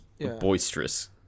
boisterous